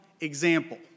example